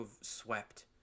swept